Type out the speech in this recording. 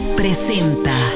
presenta